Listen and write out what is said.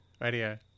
Radio